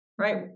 right